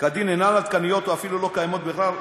כדין אינן עדכניות או אפילו לא קיימות כלל,